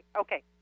Okay